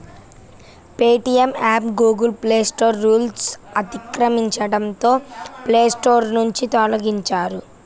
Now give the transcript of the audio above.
Paytm app Google Play Store రూల్స్ను అతిక్రమించడంతో Play Store నుంచి తొలగించారు